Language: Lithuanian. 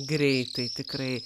greitai tikrai